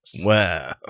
Wow